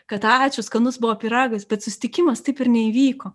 kad ačiū skanus buvo pyragas bet susitikimas taip ir neįvyko